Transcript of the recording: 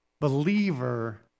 believer